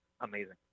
amazing